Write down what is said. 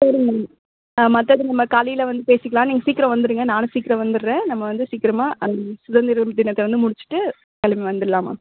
சரி மேம் ஆ மற்றது நம்ம காலையில் வந்து பேசிக்கலாம் நீங்கள் சீக்கிரம் வந்துடுங்க நானும் சீக்கிரம் வந்துடுறேன் நம்ம வந்து சீக்கிரமாக அந்த சுதந்திர தினத்தை வந்து முடிச்சுட்டு கிளம்பி வந்துடுலாம் மேம்